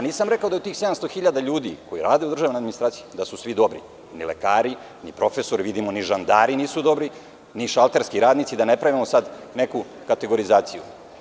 Nisam rekao da su svi od tih 700.000 ljudi koji rade u državnoj administraciji dobri, ni lekari, ni profesori, vidimo ni žandari nisu dobri, ni šalterski radnici, da ne pravimo sad neku kategorizaciju.